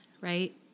Right